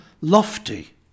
lofty